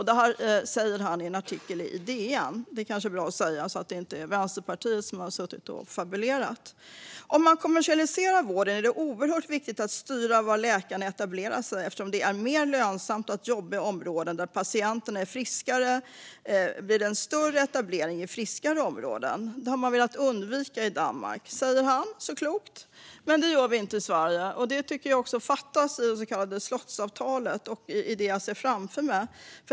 Detta säger han i en artikel i DN. Det kanske är bra att tala om att det alltså inte är Vänsterpartiet som har suttit och fabulerat. Om man kommersialiserar vården är det oerhört viktigt att styra var läkarna etablerar sig. Eftersom det är mest lönsamt att jobba i områden där patienterna är friskare blir det en större etablering i friskare områden. Detta har man velat undvika i Danmark, säger Finn Diderichsen så klokt. Men det gör vi inte i Sverige. Detta tycker jag fattas i slottsavtalet och i det jag ser framför mig.